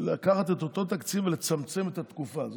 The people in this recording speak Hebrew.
לקחת את אותו תקציב ולצמצם את התקופה.